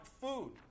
food